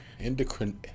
Endocrine